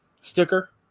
sticker